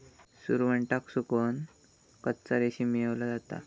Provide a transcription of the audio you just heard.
सुरवंटाक सुकवन कच्चा रेशीम मेळवला जाता